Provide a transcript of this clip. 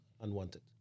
unwanted